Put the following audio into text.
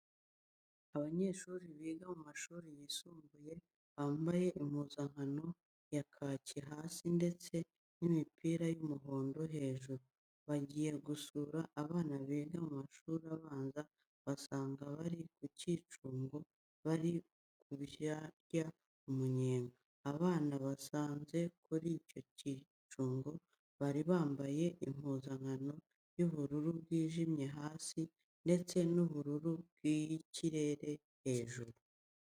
Abanyeshuri biga mu mashuri yisumbuye bambaye impuzankano ya kaki hasi ndetse n'imipira y'umuhondo hejuru, bagiye gusura abana biga mu mashuri abanza basanga bari ku byicungo bari kurya umunyenga. Abana basanze kuri ibyo byicungo bari bambaye impuzankano y'ubururu bwijimye hasi ndetse n'ubururu bw'ikirere hejuru.